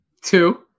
Two